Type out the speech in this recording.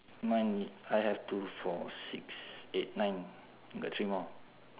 mine I have two four six eight nine got three more